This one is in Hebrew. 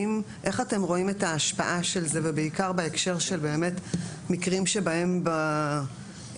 איך אתם רואים את ההשפעה של זה ובעיקר בהקשר של באמת מקרים שבהם בהתעללות